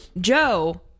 Joe